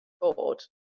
board